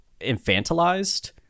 infantilized